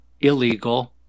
illegal